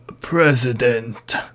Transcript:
President